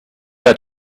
got